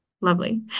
Lovely